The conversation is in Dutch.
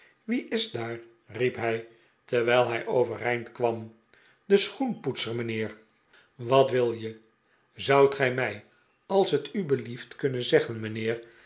wie is daar riep hij terwijl hij overeind kwam de schoenpoetser mijnheer wat wil je zoudt gij mij als t u belieft kunnen zeggen mijnheer